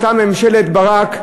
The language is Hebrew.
הייתה ממשלת ברק,